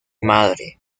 madre